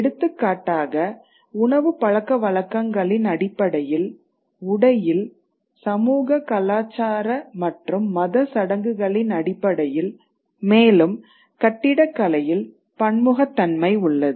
எடுத்துக்காட்டாக உணவுப் பழக்கவழக்கங்களின் அடிப்படையில் உடையில்சமூக கலாச்சார மற்றும் மத சடங்குகளின் அடிப்படையில் மேலும் கட்டிடக்கலையில் பன்முகத்தன்மை உள்ளது